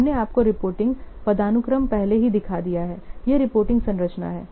हमने आपको रिपोर्टिंग पदानुक्रम पहले ही दिखा दिया है यह रिपोर्टिंग संरचना है